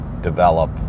develop